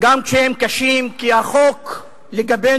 גם כשהם קשים, כי החוק לגבינו,